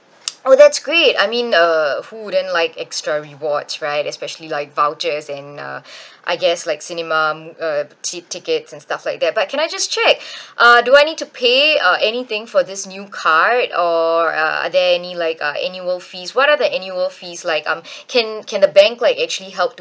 oh that's great I mean uh who wouldn't like extra rewards right especially like vouchers and uh I guess like cinema mo~ uh ti~ tickets and stuff like that but can I just check uh do I need to pay uh anything for this new card or are there any like uh annual fees what are the annual fees like um can can the bank like actually help to